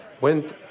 went